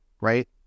right